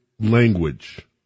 language